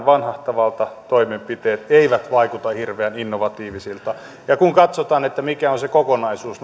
vanhahtavalta toimenpiteet eivät vaikuta hirveän innovatiivisilta ja kun katsotaan mikä on se kokonaisuus